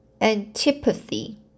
antipathy